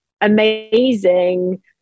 amazing